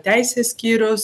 teisės skyrius